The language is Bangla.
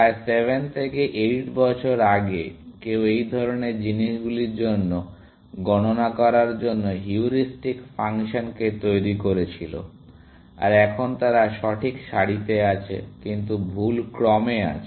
প্রায় 7 থেকে 8 বছর আগে কেউ এই ধরনের জিনিসগুলির জন্য গণনা করার জন্য হিউরিস্টিক ফাংশনকে তৈরী করেছিল আর এখন তারা সঠিক সারিতে আছে কিন্তু ভুল ক্রমে আছে